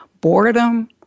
boredom